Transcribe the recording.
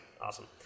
Awesome